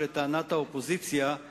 שלטענת האופוזיציה היא